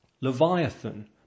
Leviathan